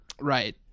Right